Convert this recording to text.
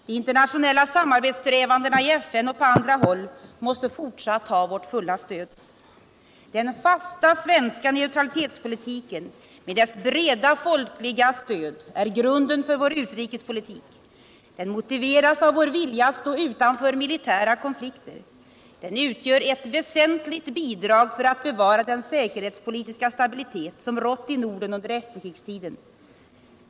De internationella samarbetssträvandena i FN och på andra håll måste fortsatt ha vårt fulla stöd. Den fasta svenska neutralitetspolitiken, med dess breda folkliga stöd, är grunden för vår utrikespolitik. Den motiveras av vår vilja att stå utanför militära konflikter. Den utgör ett väsentligt bidrag för att bevara den säkerhetspolitiska stabilitet som rått i Norden under efterkrigstiden.